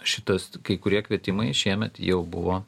šitas kai kurie kvietimai šiemet jau buvo